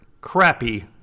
crappy